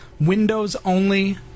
Windows-only